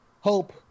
Hope